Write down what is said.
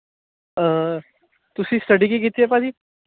ਤੁਸੀਂ ਸਟੱਡੀ ਕੀ ਕੀਤੀ ਹੈ ਭਾਅ ਜੀ